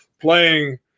playing